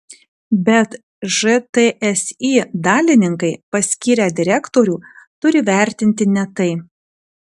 bet žtsi dalininkai paskyrę direktorių turi vertinti ne tai